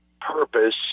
purpose